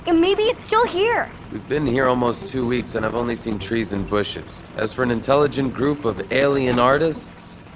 yeah maybe it's still here been here almost two weeks and i've only seen trees and bushes. as for an intelligent group of alien artists?